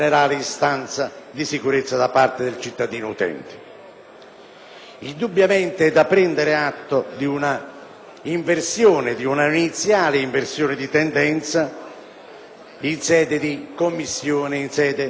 Indubbiamente è da prendere atto di un'iniziale inversione di tendenza in Commissione, in sede di dibattito-confronto, laddove alcune significative proposte